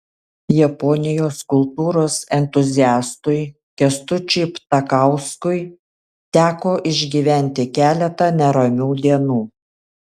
japonijos kultūros entuziastui kęstučiui ptakauskui teko išgyventi keletą neramių dienų